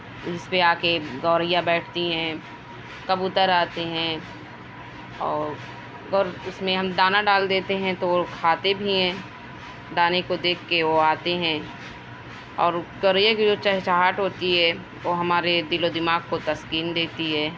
جس پہ آ کے گوریا بیٹھتی ہیں کبوتر آتے ہیں اور اس میں ہم دانہ ڈال دیتے ہیں تو وہ کھاتے بھی ہیں دانے کو دیکھ کے وہ آتے ہیں اور گوریا کی جو چہچہاہٹ ہوتی ہے وہ ہمارے دل و دماغ کو تسکین دیتی ہے